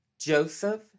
Joseph